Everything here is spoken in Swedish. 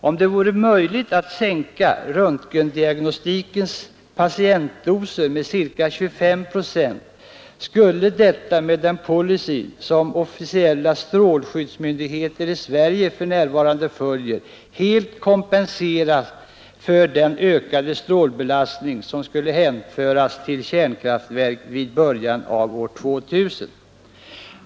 Om det vore möjligt att sänka röntgendiagnostikens patientdoser med ca 25 procent, så skulle detta med den policy som officiella strålskyddsmyndigheter i Sverige för närvarande följer helt kompensera den ökade strålbelastning som skulle hänföras till kärnkraftverk vid början av år 2000.